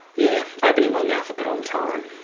yeah, opening my mouth at the wrong time.